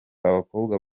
abakobwa